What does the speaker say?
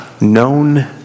Known